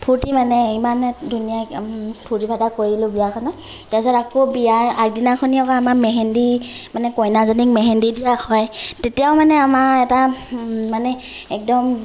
ফূৰ্তি মানে ইমানে ধুনীয়াকৈ ফূৰ্তি ফাৰ্তা কৰিলোঁ বিয়াখনত তাৰ পিছত আকৌ বিয়াৰ আগদিনাখন আকৌ আমাৰ মেহেন্দী মানে কইনাজনীক মেহেন্দী দিয়া হয় তেতিয়াও মানে আমাৰ এটা মানে একদম